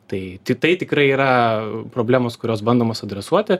tai tai tikrai yra problemos kurios bandomos adresuoti